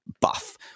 buff